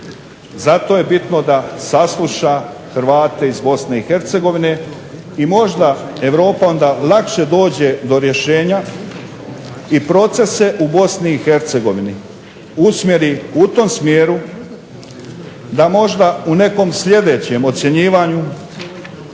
Zato je bitno da sasluša Hrvate iz BiH i možda Europa onda lakše dođe do rješenja i procese u BiH usmjeri u tom smjeru da možda u nekom sljedećem ocjenjivanju